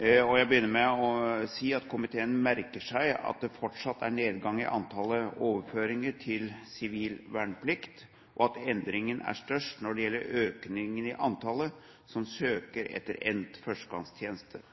Jeg begynner med å si at komiteen har merket seg at det fortsatt er nedgang i antall overføringer til sivil verneplikt, og at endringen er størst når det gjelder økningen i antallet som søker etter endt førstegangstjeneste.